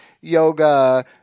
Yoga